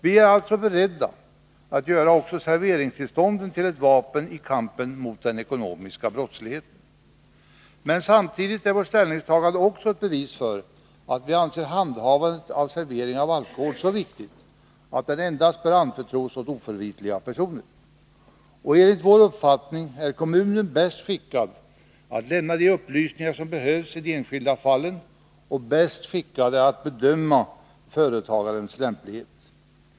Vi är alltså beredda att göra också serveringstillstånden till ett vapen i kampen mot den ekonomiska brottsligheten. Men samtidigt är vårt ställningstagande ett bevis för att vi anser handhavandet av serveringen av alkohol så viktigt, att det endast bör anförtros åt oförvitliga personer. Enligt vår uppfattning är kommunen bäst skickad att lämna de upplysningar som behövs i de enskilda fallen och att bedöma företagarens lämplighet.